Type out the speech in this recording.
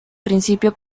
principio